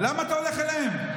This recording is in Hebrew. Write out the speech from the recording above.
למה אתה הולך אליהם?